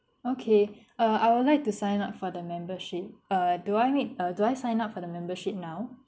okay uh I would like to sign up for the membership err do I need err do I sign up for the membership now